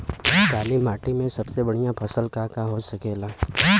काली माटी में सबसे बढ़िया फसल का का हो सकेला?